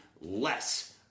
less